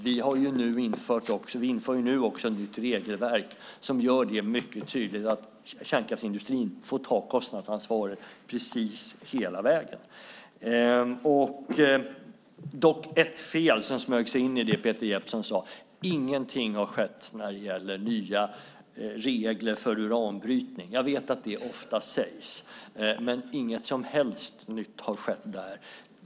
Vi inför nu också ett nytt regelverk som gör det mycket tydligare att kärnkraftsindustrin får ta kostnadsansvaret precis hela vägen. Det smög sig dock in ett fel i det som Peter Jeppsson sade. Ingenting har skett när det gäller nya regler för uranbrytning. Jag vet att det ofta sägs. Men inget som helst nytt har skett där.